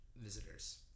visitors